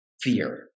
fear